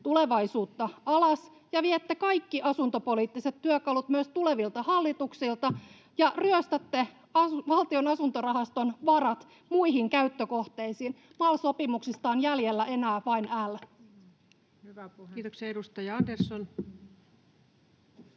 tulevaisuutta alas ja viette kaikki asuntopoliittiset työkalut myös tulevilta hallituksilta ja ryöstätte Valtion asuntorahaston varat muihin käyttökohteisiin. MAL-sopimuksista on jäljellä enää vain L. Kiitoksia. — Edustaja Andersson.